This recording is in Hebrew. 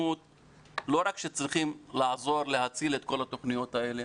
לא רק שאנחנו צריכים לעזור להציל את כל התוכניות האלה,